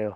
ह्।